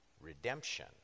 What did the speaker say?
redemption